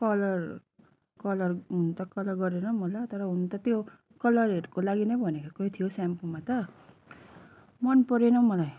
colour colour हुनु त colour गरेर पनि होला तर हुनु त त्यो कलरहरूको लागि नै भनेकै थियो सेम्पोमा त मन परेन मलाई